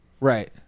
Right